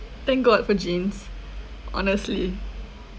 thank god for genes honestly